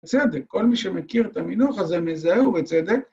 בסדר, כל מי שמכיר את המינוח הזה מזהה, ובצדק.